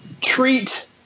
treat